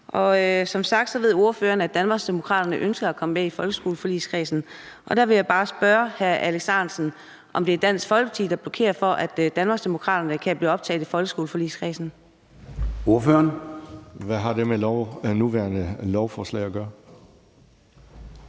som sagt ved ordføreren, at Danmarksdemokraterne ønsker at komme med i folkeskoleforligskredsen, og så vil jeg bare spørge hr. Alex Ahrendtsen, om det er Dansk Folkeparti, der blokerer for, at Danmarksdemokraterne kan blive optaget i folkeskoleforligskredsen. Kl. 13:58 Formanden (Søren